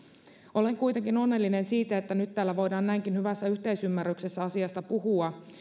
olen kuitenkin onnellinen siitä että nyt täällä voidaan näinkin hyvässä yhteisymmärryksessä asiasta puhua